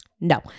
no